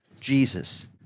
Jesus